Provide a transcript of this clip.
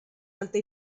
alta